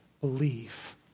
believe